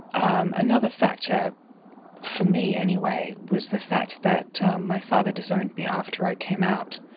um another factor for me anyway was the fact that my father disowned me after i came out.